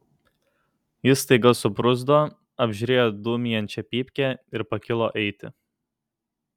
jis staiga subruzdo apžiūrėjo dūmijančią pypkę ir pakilo eiti